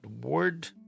word